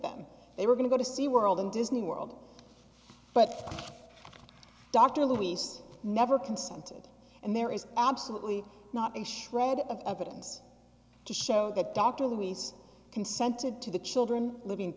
them they were going to go to sea world and disney world but dr luis never consented and there is absolutely not a shred of evidence to show that dr luis consented to the children living